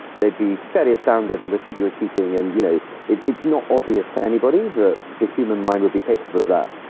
they'd be very astounded and would think you were cheating. and you know it's it's not obvious to anybody that the human mind would be capable of that.